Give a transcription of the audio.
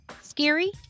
Scary